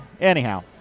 Anyhow